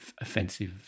offensive